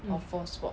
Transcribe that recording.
or four spot